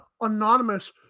anonymous